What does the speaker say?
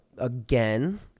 again